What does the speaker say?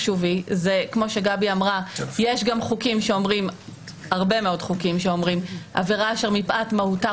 כמו שגבי אמרה יש הרבה מאוד חוקים שאומרים: עבירה אשר מפאת מהותה,